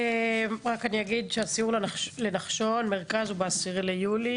רק אגיד שהסיור של הוועדה לביטחון הפנים לנחשון מרכז הוא ב-10 ביולי,